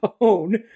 own